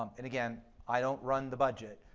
um and again, i don't run the budget,